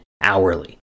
hourly